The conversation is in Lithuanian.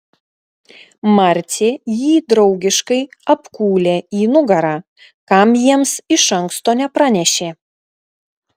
marcė jį draugiškai apkūlė į nugarą kam jiems iš anksto nepranešė